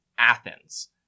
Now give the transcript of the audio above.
Athens